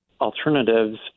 alternatives